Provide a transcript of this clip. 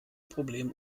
problem